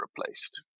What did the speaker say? replaced